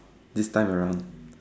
this time around